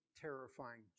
terrifying